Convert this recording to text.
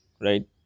right